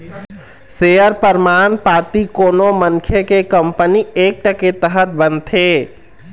share परमान पाती कोनो मनखे के कंपनी एक्ट के तहत बनथे